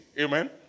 Amen